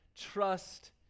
trust